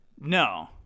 No